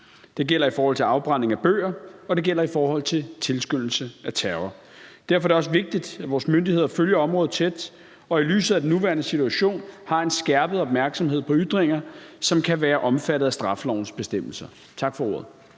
Det gælder i forhold til afbrænding af bøger, og det gælder i forhold til tilskyndelse af terror. Derfor er det også vigtigt, at vores myndigheder følger området tæt og i lyset af den nuværende situation har en skærpet opmærksomhed på ytringer, som kan være omfattet af straffelovens bestemmelser. Tak for ordet.